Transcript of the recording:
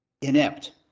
inept